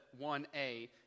1A